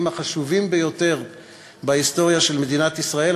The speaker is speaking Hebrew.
החשובים ביותר בהיסטוריה של מדינת ישראל,